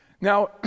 Now